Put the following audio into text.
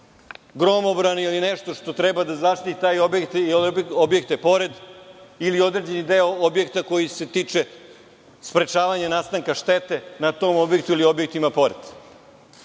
gromobrani ili nešto što treba da zaštiti taj objekat ili objekte pored ili određeni deo objekta koji se tiče sprečavanja nastanka štete na tom objektu ili objektima pored,